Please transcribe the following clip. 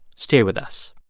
stay with us